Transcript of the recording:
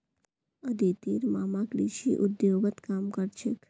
अदितिर मामा कृषि उद्योगत काम कर छेक